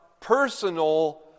personal